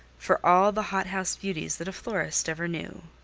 for all the hothouse beauties that a florist ever knew.